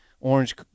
orange